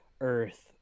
Earth